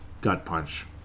gut-punch